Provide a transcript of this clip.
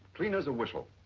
clean as a whistle.